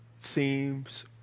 themes